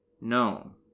No